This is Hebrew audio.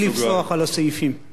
בלי לפסוח על הסעיפים.